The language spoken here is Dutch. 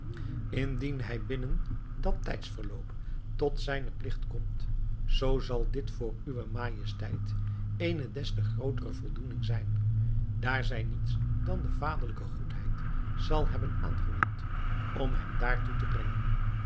indien hij binnen dat tijdsverloop tot zijnen pligt komt zoo zal dit voor uwe majesteit eene des te grootere voldoening zijn daar zij niets dan de vaderlijke goedheid zal hebben aangewend om hem daartoe te brengen